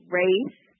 race